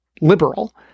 liberal